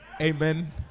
Amen